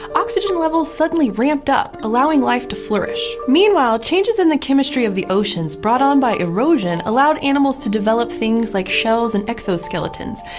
oxygen levels suddenly ramped up, allowing life to flourish. meanwhile, changes in the chemistry of the oceans, brought on by erosion, allowed animals to develop things like shells and exoskeletons.